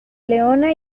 leona